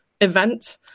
event